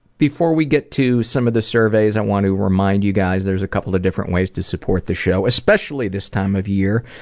before we get to some of the surveys i want to remind you guys there's a couple of different ways to support the show especially this time of year